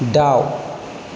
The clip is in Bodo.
दाउ